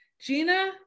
Gina